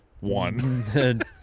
one